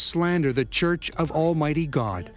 slander the church of almighty god